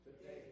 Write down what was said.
today